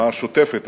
השוטפת,